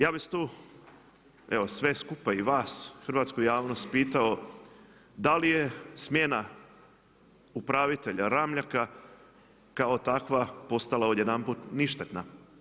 Ja bih sad tu, evo sve skupa i vas hrvatsku javnost pitao da li je smjena upravitelja Ramljaka kao takva postala odjedanput ništetna.